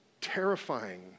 terrifying